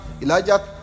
Elijah